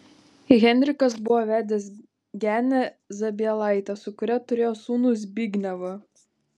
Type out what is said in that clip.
henrikas buvo vedęs genę zabielaitę su kuria turėjo sūnų zbignevą